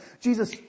Jesus